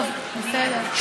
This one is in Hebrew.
טוב, בסדר.